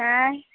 आँइ